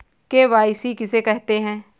KYC किसे कहते हैं?